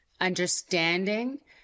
understanding